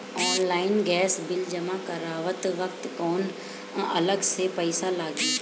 Online gas bill जमा करत वक्त कौने अलग से पईसा लागी?